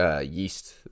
yeast